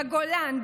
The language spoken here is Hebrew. בגולן,